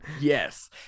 Yes